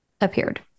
appeared